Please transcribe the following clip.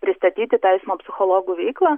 pristatyti tą eismo psichologų veiklą